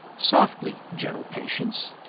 softly, gentle patience.